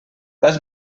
vas